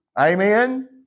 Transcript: Amen